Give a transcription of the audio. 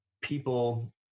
people